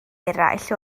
eraill